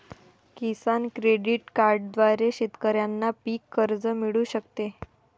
किसान credit कार्डद्वारे शेतकऱ्यांना पीक कर्ज मिळू शकते